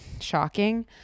Shocking